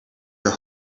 your